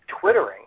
twittering